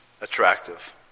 attractive